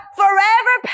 forever